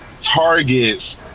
targets